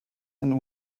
and